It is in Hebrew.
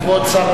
כבוד שר